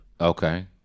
Okay